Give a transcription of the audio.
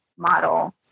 model